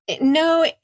No